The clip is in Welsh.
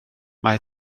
mae